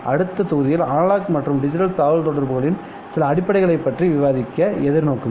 அடுத்த தொகுதியில் அனலாக் மற்றும் டிஜிட்டல் தகவல்தொடர்புகளின் சில அடிப்படைகளைப் பற்றி விவாதிக்க எதிர்நோக்குங்கள்